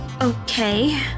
Okay